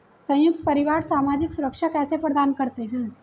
संयुक्त परिवार सामाजिक सुरक्षा कैसे प्रदान करते हैं?